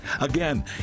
Again